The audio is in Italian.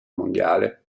mondiale